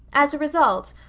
as a result,